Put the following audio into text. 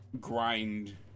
grind